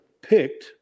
picked